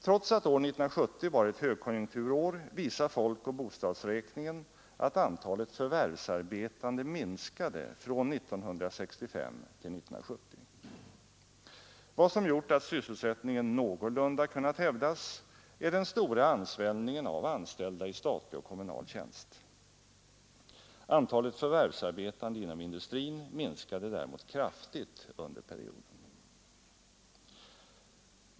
Trots att 1970 var ett högkonjunkturår visar folkoch bostadsräkningen att antalet förvärvsarbetande minskade från 1965 till 1970. Vad som gjort att sysselsättningen någorlunda kunnat hävdas är den stora ansvällningen av antalet anställda i statlig och kommunal tjänst. Antalet förvärvsarbetande inom industrin minskade däremot kraftigt under perioden.